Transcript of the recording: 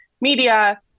media